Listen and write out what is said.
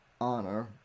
honor